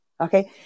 okay